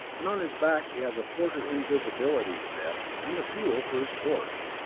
and on his back he has a portable invisibility set and the fuel for his torch.